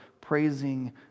praising